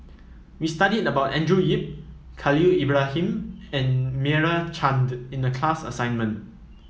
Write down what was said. we studied about Andrew Yip Khalil Ibrahim and Meira Chand in the class assignment